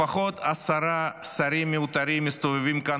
לפחות עשרה שרים מיותרים מסתובבים כאן